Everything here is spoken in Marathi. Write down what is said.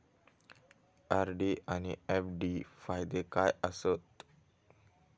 आर.डी आनि एफ.डी फायदे काय आसात?